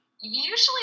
Usually